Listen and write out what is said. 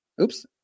Oops